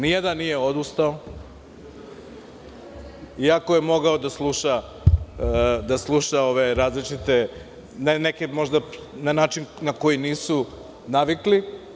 Ni jedan nije odustao, iako je mogao da sluša ove različite, neke na način na koji nisu navikli.